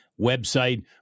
website